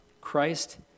Christ